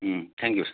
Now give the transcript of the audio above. thank you sir